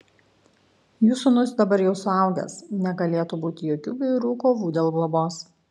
jų sūnus dabar jau suaugęs negalėtų būti jokių bjaurių kovų dėl globos